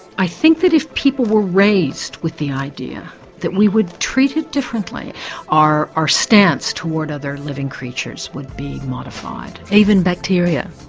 i think that if people were raised with the idea that we would treat it differently our our stance towards other living creatures would be modified. even bacteria?